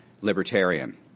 libertarian